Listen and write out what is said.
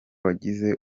wagize